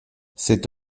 c’est